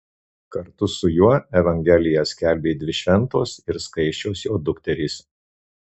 kartu su juo evangeliją skelbė dvi šventos ir skaisčios jo dukterys